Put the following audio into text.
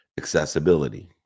accessibility